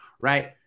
Right